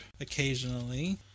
occasionally